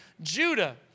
Judah